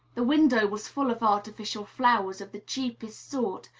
the window was full of artificial flowers, of the cheapest sort,